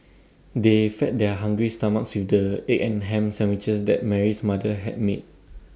they fed their hungry stomachs with the egg and Ham Sandwiches that Mary's mother had made